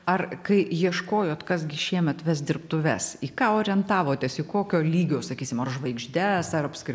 ar kai ieškojot kas gi šiemet ves dirbtuves į ką orientavotės į kokio lygio sakysime ar žvaigždes ar apskri